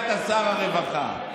חיים, אני באתי אליך, אתה היית שר הרווחה.